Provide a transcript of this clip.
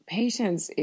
patience